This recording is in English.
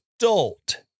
adult